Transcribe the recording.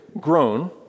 grown